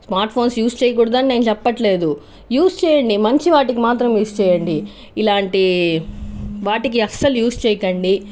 smart phones use చేయకూడదు అని నేను చెప్పట్లేదు యూస్ చేయండి మంచి వాటికి మాత్రమే యూస్ చేయండి ఇలాంటి వాటికి అస్సలు యూస్ చేయకండి